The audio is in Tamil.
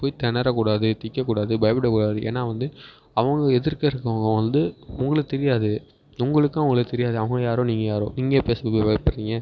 போய் திணறக் கூடாது திக்கக் கூடாது பயப்பட கூடாது ஏன்னால் வந்து அவங்க எதிர்க்க இருக்கறவுங்க வந்து உங்களுக்கு தெரியாது உங்களுக்கும் அவங்கள தெரியாது அவங்க யாரோ நீங்கள் யாரோ நீங்கள் ஏன் பேசறதுக்கு பயப்படுறிங்க